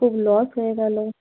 খুব লস হয়ে গেলো